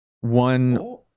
one